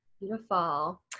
Beautiful